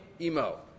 emo